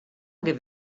give